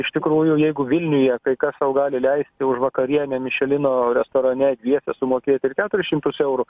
iš tikrųjų jeigu vilniuje kai kas sau gali leisti už vakarienę mišelino restorane dviese sumokėti ir keturis šimtus eurų